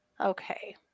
Okay